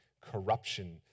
corruption